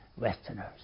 Westerners